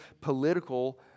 political